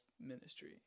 ministry